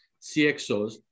CXOs